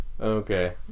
Okay